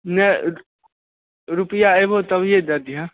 नहि रुपैआ एबहो तभिये दै दिहऽ